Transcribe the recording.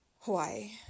Hawaii